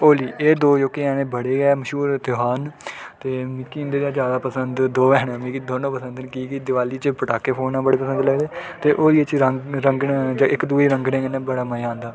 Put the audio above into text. होली ऐ दो जोह्के हैन बड़े गै मश्हूर ध्यार न ते मिगी जेह्ड़े ज्यादा पसंद न दो हैन मिगी दोऐ पसंद न कि के दिवाली च पटाखे फोड़ना बड़े पसंद लगदे ते होलियै च रंग रंगने ते इक्क दूऐ गी रंगने ने बड़ा मज़ा औंदा